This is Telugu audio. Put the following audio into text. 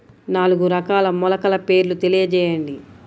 నాలుగు రకాల మొలకల పేర్లు తెలియజేయండి?